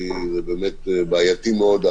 כי זה באמת בעייתי מאוד,